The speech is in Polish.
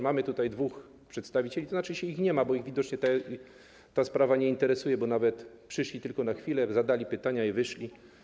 Mamy tutaj dwóch przedstawicieli, tzn. ich nie ma, widocznie ich ta sprawa nie interesuje, bo przyszli tylko na chwilę, zadali pytania i wyszli.